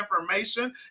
information